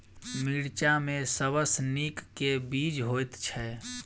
मिर्चा मे सबसँ नीक केँ बीज होइत छै?